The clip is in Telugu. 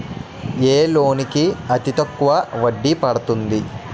ఏ లోన్ కి అతి తక్కువ వడ్డీ పడుతుంది?